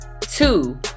two